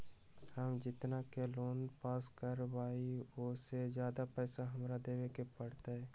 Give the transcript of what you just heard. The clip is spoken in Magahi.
हम जितना के लोन पास कर बाबई ओ से ज्यादा पैसा हमरा देवे के पड़तई?